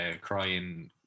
crying